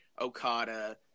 Okada